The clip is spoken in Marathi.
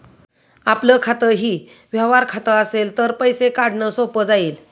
आपलं खातंही व्यवहार खातं असेल तर पैसे काढणं सोपं जाईल